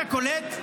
אתה קולט?